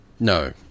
no